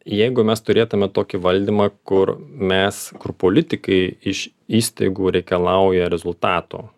jeigu mes turėtume tokį valdymą kur mes kur politikai iš įstaigų reikalauja rezultato